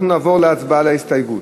אנחנו נעבור להצבעה על ההסתייגויות.